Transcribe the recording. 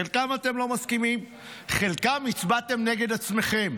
לחלקם אתם לא מסכימים ובחלקם הצבעתם נגד עצמכם.